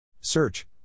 search